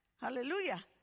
Hallelujah